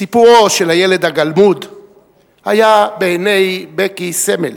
סיפורו של הילד הגלמוד היה בעיני בקי סמל